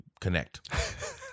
connect